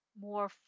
more